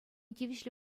тивӗҫлӗ